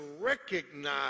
recognize